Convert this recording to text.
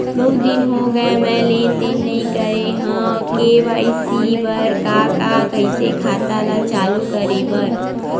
बहुत दिन हो गए मैं लेनदेन नई करे हाव के.वाई.सी बर का का कइसे खाता ला चालू करेबर?